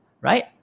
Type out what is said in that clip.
Right